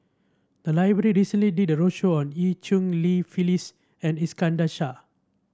the library recently did a roadshow on Eu Cheng Li Phyllis and Iskandar Shah